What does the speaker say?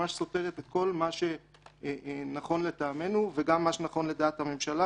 ממש סותרת את כל מה שנכון לטעמנו וגם מה שנכון לדעת הממשלה,